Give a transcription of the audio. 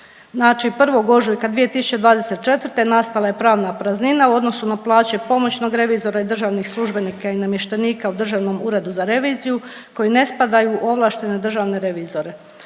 Znači 1. ožujka 2024. nastala je pravna praznina u odnosu na plaće pomoćnog revizora i državnih službenika i namještenika u Državnom uredu za reviziju koji ne spadaju u ovlaštene državne revizore.